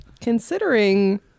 Considering